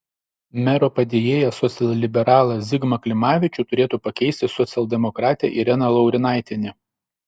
mero padėjėją socialliberalą zigmą klimavičių turėtų pakeisti socialdemokratė irena laurinaitienė